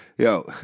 Yo